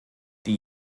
die